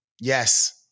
Yes